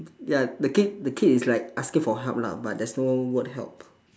ya the kid the kid is like asking for help lah but there's no word help